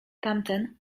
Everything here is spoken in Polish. tamten